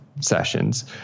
sessions